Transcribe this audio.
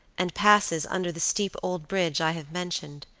and passes under the steep old bridge i have mentioned,